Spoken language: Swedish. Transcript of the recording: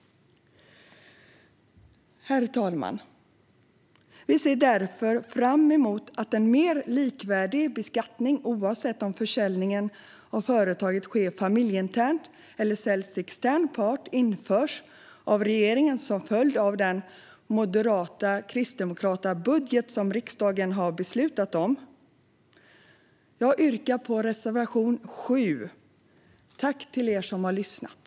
Herr talman! Vi ser därför fram emot att en mer likvärdig beskattning - oavsett om försäljningen av företaget sker familjeinternt eller om företaget säljs till en extern part - införs av regeringen som en följd av den moderata och kristdemokratiska budget som riksdagen har beslutat om. Jag yrkar bifall till reservation 7. Tack till er som har lyssnat!